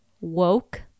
woke